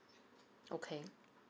okay